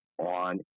on